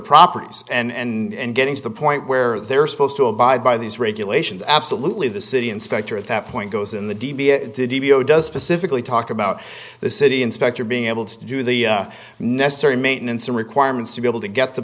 properties and getting to the point where they're supposed to abide by these regulations absolutely the city inspector at that point goes in the video does specifically talk about the city inspector being able to do the necessary maintenance and requirements to be able to get the